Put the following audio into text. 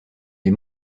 les